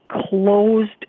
closed